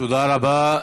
תודה רבה.